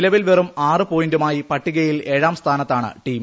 നിലവിൽ വെറും ആറ് പോയിന്റുമായി പട്ടികയിൽ ഏഴാം സ്ഥാന്ദത്താണ് ടീം